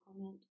comment